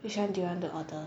which one do you want to order